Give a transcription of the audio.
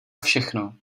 všechno